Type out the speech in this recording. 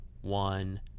one